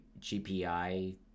GPI